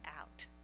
out